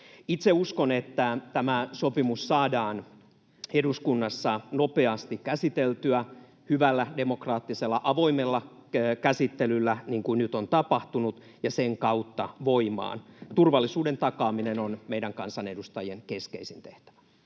Itse uskon, että tämä sopimus saadaan eduskunnassa nopeasti käsiteltyä hyvällä, demokraattisella, avoimella käsittelyllä, niin kuin nyt on tapahtunut, ja sen kautta voimaan. Turvallisuuden takaaminen on meidän kansanedustajien keskeisin tehtävä.